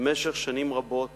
שבמשך שנים רבות